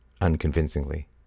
unconvincingly